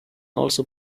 also